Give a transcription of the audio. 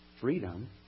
freedom